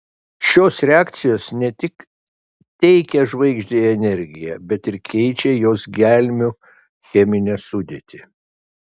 šios reakcijos ne tik teikia žvaigždei energiją bet ir keičia jos gelmių cheminę sudėtį